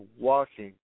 Walking